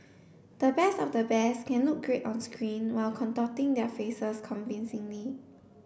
the best of the best can look great on screen while contorting their faces convincingly